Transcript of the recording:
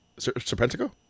Serpentico